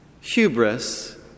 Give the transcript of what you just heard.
hubris